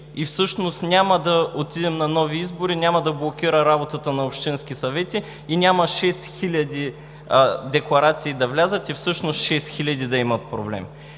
Всъщност няма да отидем на нови избори, няма да се блокира работата на общинските съвети и няма 6000 декларации да влязат и всъщност 6000 да имат проблем.